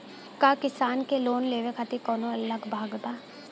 का किसान के लोन लेवे खातिर कौनो अलग लाभ बा?